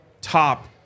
top